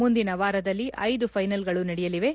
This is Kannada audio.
ಮುಂದಿನ ವಾರದಲ್ಲಿ ಐದು ಫೈನಲ್ಗಳು ನಡೆಯಲಿವೆ